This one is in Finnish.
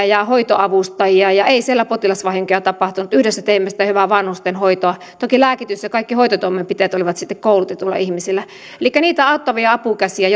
ja hoitoavustajia ja ei siellä potilasvahinkoja tapahtunut yhdessä teimme sitä hyvää vanhustenhoitoa toki lääkitys ja kaikki hoitotoimenpiteet olivat sitten koulutetuilla ihmisillä elikkä niitä auttavia apukäsiä